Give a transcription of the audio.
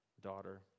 daughter